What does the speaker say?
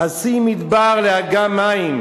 "אשים מדבר לאגם מים